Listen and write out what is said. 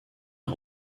est